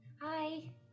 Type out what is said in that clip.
Hi